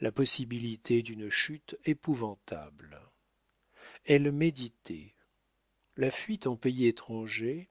la possibilité d'une chute épouvantable elle méditait la fuite en pays étranger